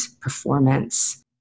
performance